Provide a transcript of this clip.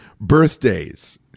birthdays